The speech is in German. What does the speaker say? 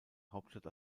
hauptstadt